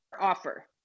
offer